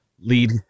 lead